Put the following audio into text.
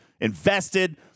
invested